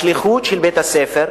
השליחות של בית-הספר,